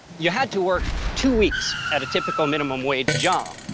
you had to work two weeks at a typical minimum wage job.